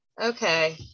Okay